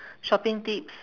shopping tips